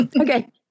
okay